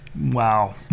wow